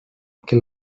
que